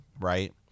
right